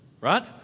Right